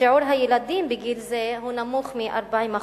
שיעור הילדים בגיל הזה נמוך מ-40%.